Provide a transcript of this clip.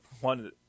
one